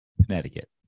Connecticut